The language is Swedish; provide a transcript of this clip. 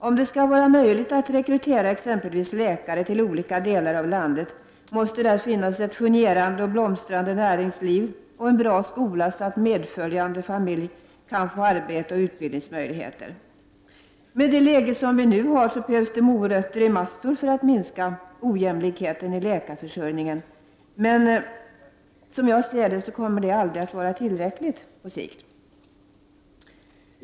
Om det skall vara möjligt att rekrytera exempelvis läkare till olika delar av landet, måste där finnas ett fungerande och blomstrande näringsliv och en bra skola, så att den medföljande familjen kan få arbete och utbildningsmöjligheter. Med det läge vi nu har behövs det morötter i massor för att minska ojämlikheten i läkarförsörjningen, men det kommer, som jag ser det, aldrig att vara tillräckligt på sikt.